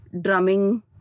drumming